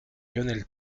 lionel